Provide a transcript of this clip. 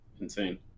insane